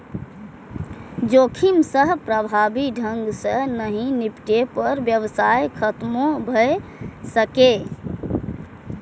जोखिम सं प्रभावी ढंग सं नहि निपटै पर व्यवसाय खतमो भए सकैए